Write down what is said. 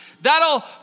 That'll